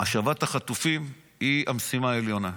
השבת החטופים היא המשימה העליונה.